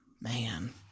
man